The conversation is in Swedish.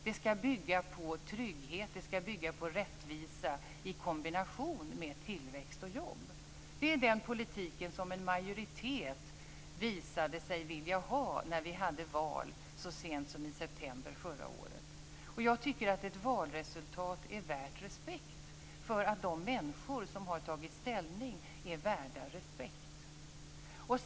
Den skall bygga på trygghet. Den skall bygga på rättvisa i kombination med tillväxt och jobb. Det är den politik som en majoritet visade sig vilja ha när vi hade val så sent som i september förra året. Jag tycker att ett valresultat är värt respekt för att de människor som har tagit ställning är värda respekt.